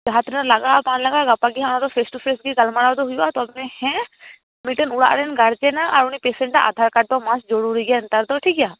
ᱡᱟᱦᱟᱸ ᱛᱤᱱᱟᱹᱜ ᱞᱟᱜᱟᱜᱼᱟ ᱵᱟᱝ ᱞᱟᱜᱟᱜ ᱼᱟ ᱜᱟᱯᱟ ᱜᱮ ᱦᱟᱸᱜ ᱟᱫᱚ ᱯᱷᱮᱥ ᱴᱩ ᱯᱷᱮᱥ ᱜᱮ ᱜᱟᱞᱢᱟᱨᱟᱣ ᱫᱚ ᱦᱩᱭᱩᱜ ᱼᱟ ᱛᱚᱵᱮ ᱦᱮᱸ ᱢᱤᱫᱴᱟᱱ ᱚᱲᱟᱜ ᱨᱮᱱ ᱜᱟᱨᱡᱮᱱᱟᱜ ᱟᱨ ᱩᱱᱤ ᱯᱮᱥᱮᱸᱴᱟᱜ ᱟᱫᱷᱟᱨ ᱠᱟᱰ ᱫᱚ ᱢᱟᱥᱴ ᱡᱚᱨᱩᱨᱤ ᱜᱮᱭᱟ ᱱᱮᱛᱟᱨ ᱫᱚ ᱴᱷᱤᱠᱜᱮᱭᱟ